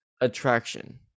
attraction